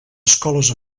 escoles